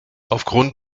aufgrund